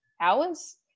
hours